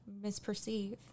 misperceive